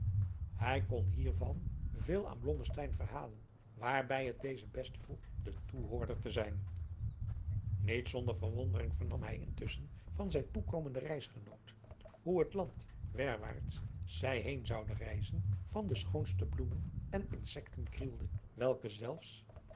hij kon hiervan veel aan blommesteyn verhalen waarbij het dezen best voeg de toehoorder te zijn niet zonder verwondering vernam hij intusschen van zijnen toekomenden reisgenoot a hoe het land werwaarts zij heen zouden reizen van de schoonste bloemen en insecten krielde welke zelfs